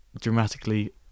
dramatically